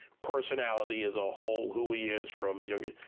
personality as a whole, who he is from his younger.